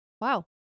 Wow